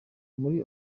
muri